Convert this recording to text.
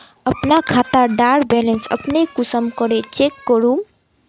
अपना खाता डार बैलेंस अपने कुंसम करे चेक करूम?